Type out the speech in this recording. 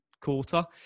quarter